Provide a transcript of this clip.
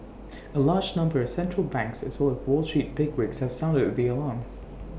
A large number of central banks as well as wall street bigwigs have sounded the alarm